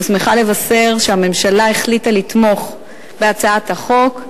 ושמחה לבשר שהממשלה החליטה לתמוך בהצעת החוק,